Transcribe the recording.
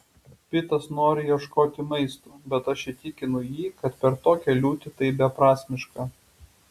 pitas nori ieškoti maisto bet aš įtikinu jį kad per tokią liūtį tai beprasmiška